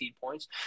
points